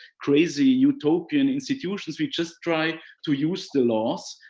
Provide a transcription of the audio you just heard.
crazy utopian institutions, we just try to use the laws.